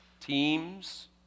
teams